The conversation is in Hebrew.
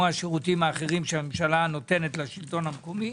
השירותים האחרים שהממשלה נותנת לשלטון המקומי.